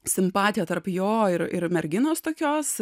simpatija tarp jo ir ir merginos tokios